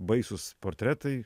baisūs portretai